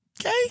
Okay